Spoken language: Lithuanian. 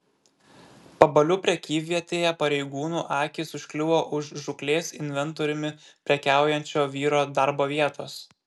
pabalių prekyvietėje pareigūnų akys užkliuvo už žūklės inventoriumi prekiaujančio vyro darbo vietos